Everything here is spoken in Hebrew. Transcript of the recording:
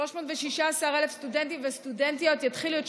316,000 סטודנטים וסטודנטיות יתחילו להיות את